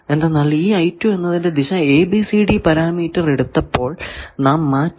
എന്തെന്നാൽ ഈ എന്നതിന്റെ ദിശ ABCD പാരാമീറ്റർ എടുത്തപ്പോൾ നാം മാറ്റി